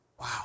wow